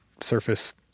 surface